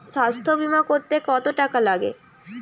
স্বাস্থ্যবীমা করতে কত টাকা লাগে?